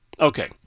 Okay